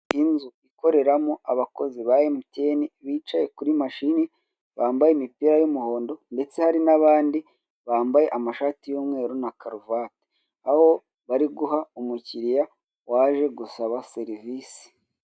Inzu ikoreramo abakozi ba MTN, bicaye kuri mashini, bambaye imipira y'umuhondo ndetse hari n'abandi bambaye amashati y'umweru na karuvati. Aho bari guha umukiriya waje gusaba serivisi.